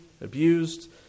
abused